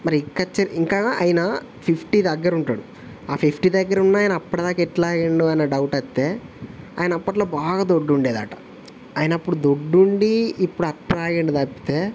మరి ఇంకా ఆయన ఫిఫ్టీ దగ్గర ఉంటాడు ఆ ఫిఫ్టీ దగ్గరున్న ఆయన అప్పటిదాక ఎట్లా అయ్యాడు అన్న డౌట్ వస్తే ఆయన అప్పట్లో బాగా దొడ్డు ఉండేదట ఆయన అప్పుడు దొడ్డు ఉండి ఇప్పుడు అట్లా అయ్యాడు తప్పితే